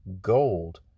gold